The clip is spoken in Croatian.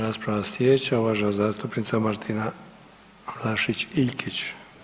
rasprava sljedeća uvažena zastupnica Martina Vlašić Iljkić.